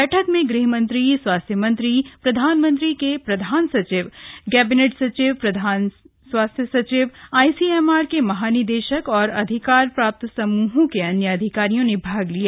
बैठक में गृह मंत्री स्वास्थ्य मंत्री प्रधानमंत्री के प्रधान सचिव कैबिनेट सचिव स्वास्थ्य सचिव आईसीएमआर के महानिदेशक और अधिकार प्राप्त समूहों के अन्य अधिकारियों ने भाग लिया